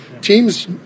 Teams